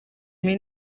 muri